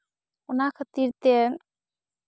ᱚᱱᱟ ᱠᱷᱟᱹᱛᱤᱨ ᱛᱮ